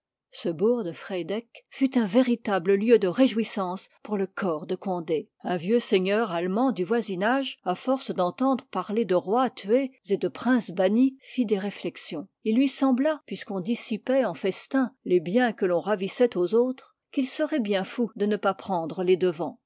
ce bourg de friedeck fut un véritable lieu de réjouissance pour le corps de condé un vieux seigneur allemand du voisinage à force d'entendre parler de rois tués et tpam de princes bannis fit des réflexions il liy ii lui sembla puisqu'on dissipoit en festins les biens que l'on ravissoit aux autres qu'il seroit bien fou de ne pas prendre les devants